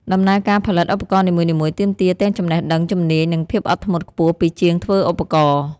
ដំណើរការផលិតឧបករណ៍នីមួយៗ ទាមទារទាំងចំណេះដឹង ជំនាញ និងភាពអត់ធ្មត់ខ្ពស់ពីជាងធ្វើឧបករណ៍។